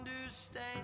understand